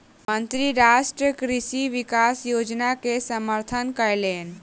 मंत्री राष्ट्रीय कृषि विकास योजना के समर्थन कयलैन